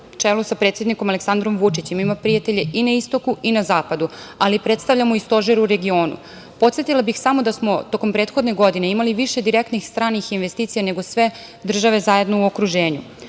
čelu sa predsednikom Aleksandrom Vučićem ima prijatelje i na istoku i na zapadu, ali predstavljamo i stožer u regionu. Podsetila bih samo da smo tokom prethodne godine imali više direktnih stranih investicija nego sve države zajedno u okruženju.